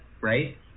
right